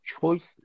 choices